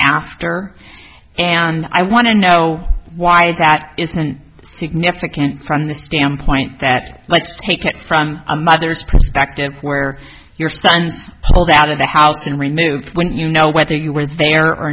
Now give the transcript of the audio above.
after and i want to know why is that it's been significant from the standpoint that let's take it from a mother's perspective where your son's pulled out of the house and removed when you know whether you were there or